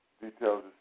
Details